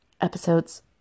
episodes